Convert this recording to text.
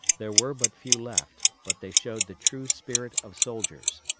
there were but few left, but they showed the true spirit of soldiers.